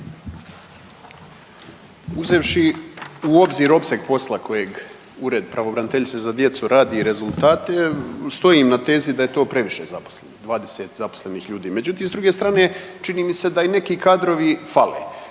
Uzevši u obzir opseg posla kojeg Ured pravobraniteljice za djecu radi i rezultate stojim na tezi da je to previše zaposlenih, 20 zaposlenih ljudi. Međutim, s druge strane čini mi se da neki kadrovi fale.